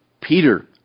Peter